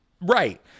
right